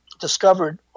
discovered